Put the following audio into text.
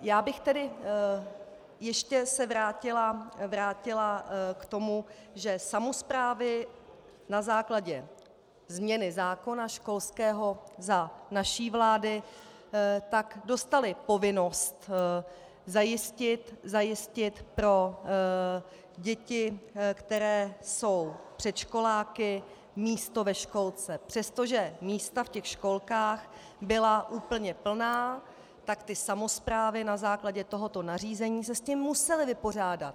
Já bych se tedy ještě vrátila k tomu, že samosprávy na základě změny zákona školského za naší vlády dostaly povinnost zajistit pro děti, které jsou předškoláky, místo ve školce, přestože místa ve školkách byla úplně plná, tak ty samosprávy na základě tohoto nařízení se s tím musely vypořádat.